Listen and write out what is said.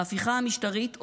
ההפיכה המשטרית,